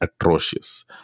atrocious